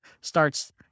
starts